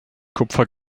kupfer